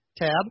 tab